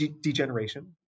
degeneration